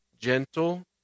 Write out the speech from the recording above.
gentle